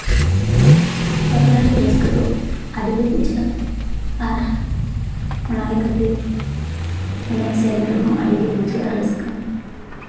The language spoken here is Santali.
ᱵᱟᱯᱞᱟ ᱨᱮ ᱨᱟᱹᱥᱠᱟᱹ ᱫᱚ ᱟᱹᱰᱤᱜᱮ ᱵᱩᱡᱷᱟᱹᱜᱼᱟ ᱟᱨ ᱚᱱᱟ ᱞᱮᱠᱟᱛᱮ ᱮᱱᱮᱡ ᱥᱮᱨᱮᱧ ᱨᱮᱦᱚᱸ ᱟᱹᱰᱤᱜᱮ ᱵᱩᱡᱷᱟᱹᱜᱼᱟ ᱨᱟᱹᱥᱠᱟᱹ